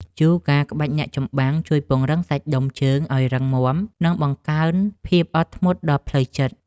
យូហ្គាក្បាច់អ្នកចម្បាំង ជួយពង្រឹងសាច់ដុំជើងឱ្យរឹងមាំ និងបង្កើនភាពអត់ធ្មត់ដល់ផ្លូវចិត្ត។